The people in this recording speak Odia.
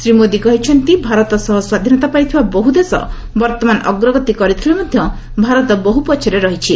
ଶ୍ରୀ ମୋଦି କହିଛନ୍ତି' ଭାରତ ସହ ସ୍ୱାଧୀନତା ପାଇଥିବା ବହ୍ର ଦେଶ ବର୍ତ୍ତମାନ ଅଗ୍ରଗତି କରିଥିଲେ ମଧ୍ୟ ଭାରତ ବହ୍ରପଛରେ ରହିଛି